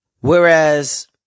Whereas